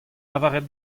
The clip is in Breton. lavaret